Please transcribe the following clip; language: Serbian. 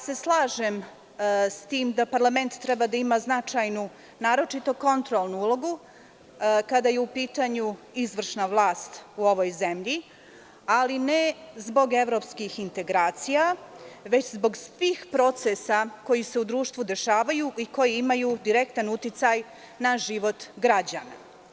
Slažem se sa tim da parlament treba da ima značajnu, naročito kontrolnu ulogu kada je u pitanju izvršna vlast u ovoj zemlji, ali ne zbog evropskih integracija, već zbog svih procesa koji se u društvu dešavaju i koji imaju direktan uticaj na život građana.